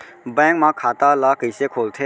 Bank म खाता ल कइसे खोलथे?